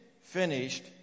finished